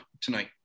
tonight